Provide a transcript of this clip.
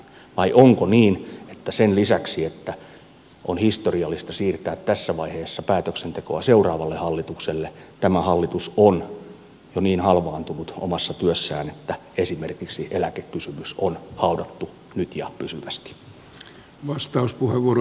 vai onko niin että sen lisäksi että on historiallista siirtää tässä vaiheessa päätöksentekoa seuraavalle hallitukselle on tämä hallitus jo niin halvaantunut omassa työssään että esimerkiksi eläkekysymys on haudattu nyt ja pysyvästi